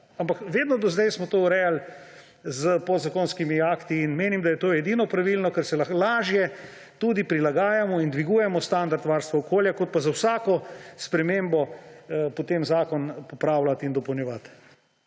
Ampak vedno do zdaj smo to urejali s podzakonskimi akti in menim, da je to edino pravilno, ker se laže tudi prilagajamo in dvigujemo standard varstva okolja kot da za vsako spremembo potem popravljamo in dopolnjujemo